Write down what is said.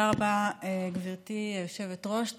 תודה רבה, גברתי היושבת-ראש.